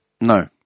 No